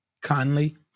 Conley